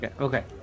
okay